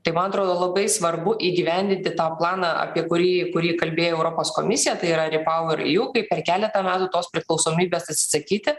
tai man atrodo labai svarbu įgyvendinti tą planą apie kurį kurį kalbėjo europos komisija tai yra ripauer iju kaip per keletą metų tos priklausomybės atsisakyti